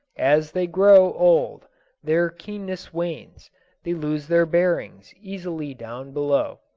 as they grow old their keenness wanes they lose their bearings easily down below,